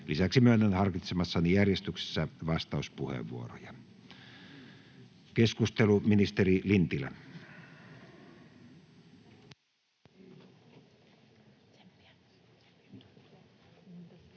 Lisäksi myönnän harkitsemassani järjestyksessä vastauspuheenvuoroja. — Keskustelu, ministeri Lintilä. [Speech